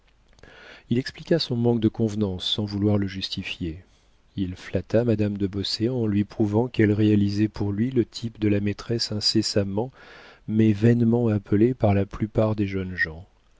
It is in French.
il expliqua son manque de convenance sans vouloir le justifier il flatta madame de beauséant en lui prouvant qu'elle réalisait pour lui le type de la maîtresse incessamment mais vainement appelée par la plupart des jeunes gens